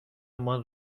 مان